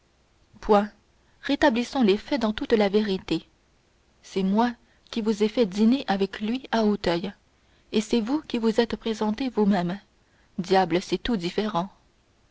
point rétablissons les faits dans toute la vérité c'est moi qui vous ai fait dîner avec lui à auteuil et c'est vous qui vous êtes présenté vous-même diable c'est tout différent